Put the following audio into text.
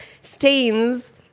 stains